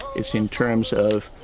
it's in terms of